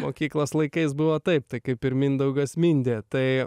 mokyklos laikais buvo taip tai kaip ir mindaugas mindė tai